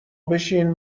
بشین